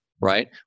right